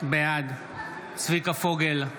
בעד צביקה פוגל,